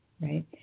right